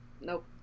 Nope